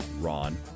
Ron